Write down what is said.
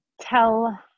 tell